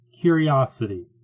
curiosity